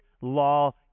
law